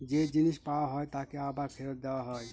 যে জিনিস পাওয়া হয় তাকে আবার ফেরত দেওয়া হয়